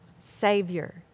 Savior